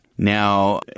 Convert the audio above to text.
Now